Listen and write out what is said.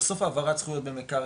בסוף העברה צריך להיות במקרקעין,